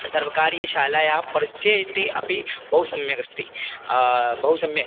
सर्वकारीयशालायाः परिस्थ्यै इति अपि बहु सम्यगस्ति बहु सम्यक्